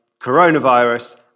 coronavirus